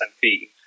fee